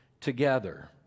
Together